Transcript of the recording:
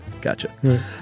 gotcha